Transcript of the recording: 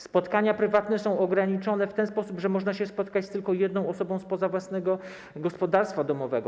Spotkania prywatne są ograniczone w ten sposób, że można się spotkać tylko z jedną osobą spoza własnego gospodarstwa domowego.